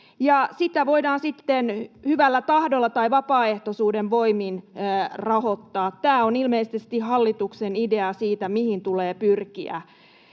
Sitä voidaan sitten hyvällä tahdolla tai vapaaehtoisuuden voimin rahoittaa. Tämä on ilmeisesti hallituksen idea siitä, mihin tulee pyrkiä.